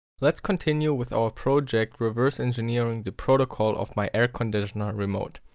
let's continue with our project reverse engineering the protocol of my air conditioner remote.